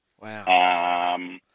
Wow